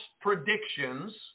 predictions